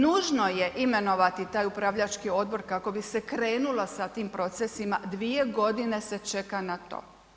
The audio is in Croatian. Nužno je imenovati taj upravljački odbor kako bi se krenulo sa tim procesima, 2 g. se čeka na to.